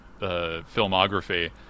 filmography